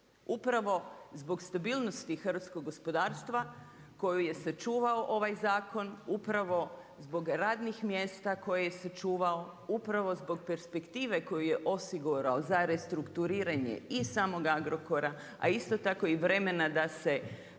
Upravo zbog stabilnosti hrvatskog gospodarstva, koju je sačuvao ovaj zakon upravo zbog radnih mjesta koji se čuvao, upravo zbog perspektive koju je osigurao za restrukturiranje i samog Agrokora, a isto tako i vremena da se